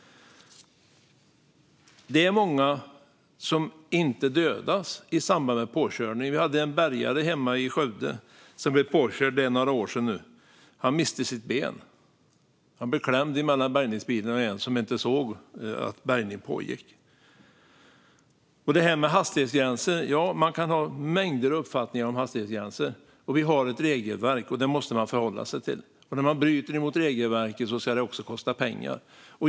Det är många som inte dödas i samband med en påkörning. För några år sedan blev en bärgare påkörd hemma i Skövde. Han miste sitt ben. Han blev klämd mellan bärgningsbilen och en bil där föraren inte såg att bärgning pågick. Man kan ha mängder av uppfattningar om hastighetsgränser, men det finns ett regelverk att förhålla sig till. När man bryter mot regelverket ska det också kosta pengar.